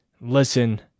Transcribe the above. listen